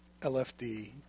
LFD